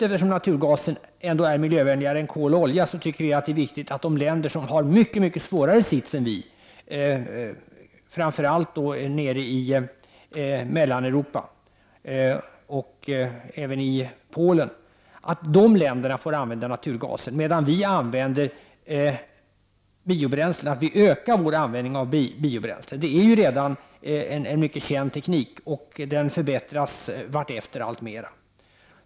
Eftersom naturgasen ändå är miljövänligare än kol och olja tycker vi att det är viktigt att de länder som har en mycket svårare situation än vi har — framför allt länderna i Mellaneuropa och även Polen — får använda naturgasen, medan vi ökar vår användning av biobränslen. Det är redan en mycket känd teknik, och den förbättras alltmer vartefter.